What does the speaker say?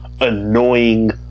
Annoying